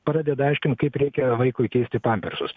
pradeda aiškint kaip reikia vaikui keisti pampersus